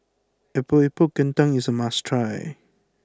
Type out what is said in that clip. Epok Epok Kentang is must try